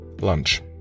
lunch